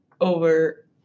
over